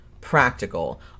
practical